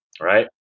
Right